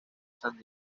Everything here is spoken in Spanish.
san